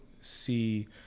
see